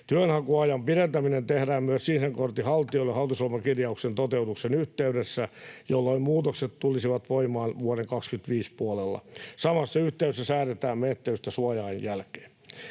Työnhakuajan pidentäminen tehdään myös sinisen kortin haltijoille hallitusohjelmakirjauksen toteutuksen yhteydessä, jolloin muutokset tulisivat voimaan vuoden 25 puolella. Samassa yhteydessä säädetään menettelystä suoja-ajan jälkeen.